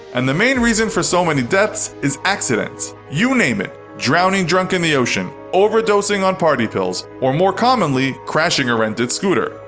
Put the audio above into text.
and the main reason for so many deaths is accidents. you name it, drowning drunk in the ocean, overdosing on party pills, or more commonly, crashing a rented scooter.